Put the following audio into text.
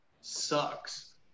sucks